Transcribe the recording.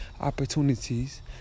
opportunities